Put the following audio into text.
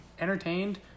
entertained